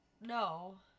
No